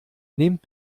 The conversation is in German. nehmt